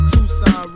Tucson